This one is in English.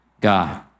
god